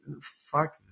Fuck